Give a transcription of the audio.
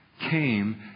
came